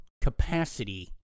capacity